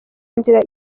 nzira